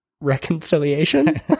reconciliation